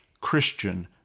Christian